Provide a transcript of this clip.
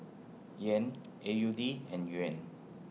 Yen A U D and Yuan